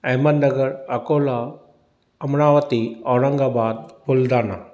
Ahmad Nagar Akola Amravati Aurangabad Multana